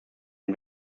und